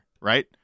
right